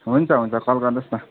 हुन्छ हुन्छ कल गर्नुहोस् न